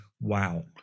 wow